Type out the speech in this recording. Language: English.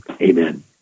amen